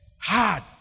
hard